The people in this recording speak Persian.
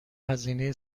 هزینه